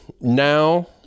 now